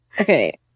Okay